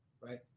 right